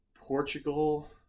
Portugal